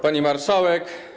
Pani Marszałek!